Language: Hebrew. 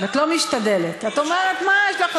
למה את מתכוונת?